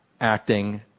acting